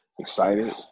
excited